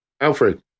Alfred